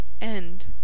End